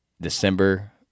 December